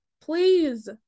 please